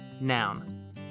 Noun